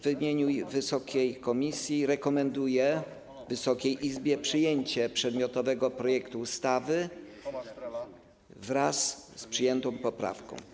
W imieniu Wysokiej Komisji rekomenduję Wysokiej Izbie przyjęcie przedmiotowego projektu ustawy wraz z przyjętą poprawką.